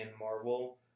Marvel